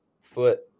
foot –